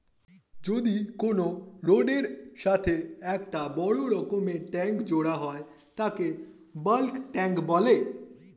যদি কোনো রডের এর সাথে একটা বড় রকমের ট্যাংক জোড়া হয় তাকে বালক ট্যাঁক বলে